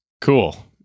Cool